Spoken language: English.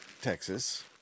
Texas